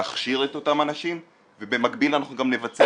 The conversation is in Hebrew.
להכשיר את אותם אנשים ובמקביל אנחנו גם נבצע